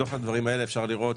מתוך הדברים אפשר לראות